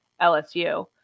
LSU